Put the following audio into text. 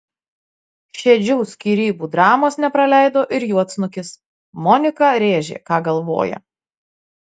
šedžių skyrybų dramos nepraleido ir juodsnukis monika rėžė ką galvoja